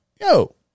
yo